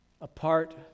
apart